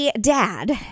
dad